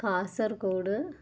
Kasaragod